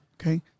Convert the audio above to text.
Okay